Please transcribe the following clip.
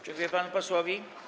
Dziękuję panu posłowi.